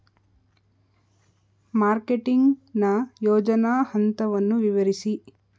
Marketing ನ ಯೋಜನಾ ಹಂತವನ್ನು ವಿವರಿಸಿ?